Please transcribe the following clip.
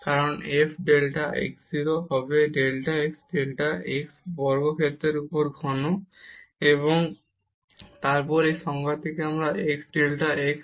কারণ f delta x0 হবে delta x delta x বর্গক্ষেত্রের উপর ঘন এবং তারপর এই সংজ্ঞা থেকে 1 ডেল্টা x